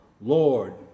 Lord